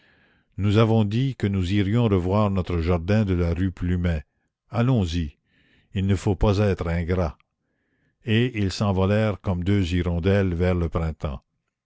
nous avons dit que nous irions revoir notre jardin de la rue plumet allons-y il ne faut pas être ingrats et ils s'envolèrent comme deux hirondelles vers le printemps